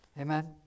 Amen